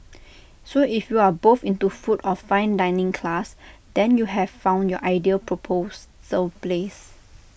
so if you are both into food of fine dining class then you have found your ideal proposal place